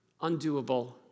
undoable